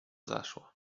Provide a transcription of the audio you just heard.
zaszło